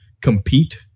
compete